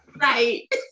Right